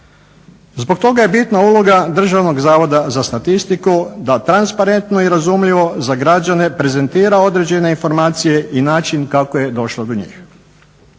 Zbog toga je bitna uloga Državnog zavoda za statistiku da transparentno i razumljivo za građane prezentira određene informacije i način kako je došlo do njega.